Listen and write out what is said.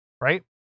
right